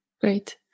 great